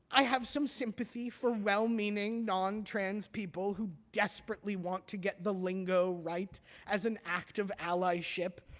i have some sympathy for well-meaning non-trans people who desperately want to get the lingo right as an act of ally-ship,